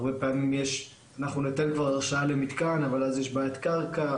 הרבה פעמים יש הרשאה למתקן אבל אז יש בעיית קרקע.